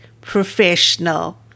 professional